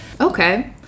Okay